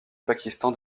pakistan